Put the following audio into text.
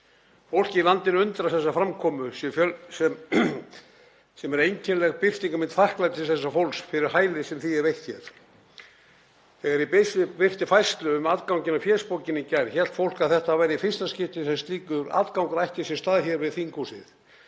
Fólkið í landinu undrast þessa framkomu sem er einkennileg birtingarmynd þakklætis þessa fólks fyrir hæli sem því er veitt hér. Þegar ég birti færslu um atganginn á fésbókinni í gær hélt fólk að þetta væri í fyrsta skipti sem slíkur atgangur ætti sér stað hér við þinghúsið.